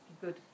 good